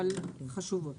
אבל הן חשובות: